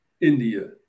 India